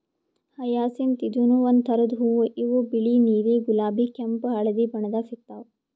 hyacinth ಇದೂನು ಒಂದ್ ಥರದ್ ಹೂವಾ ಇವು ಬಿಳಿ ನೀಲಿ ಗುಲಾಬಿ ಕೆಂಪ್ ಹಳ್ದಿ ಬಣ್ಣದಾಗ್ ಸಿಗ್ತಾವ್